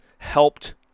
Helped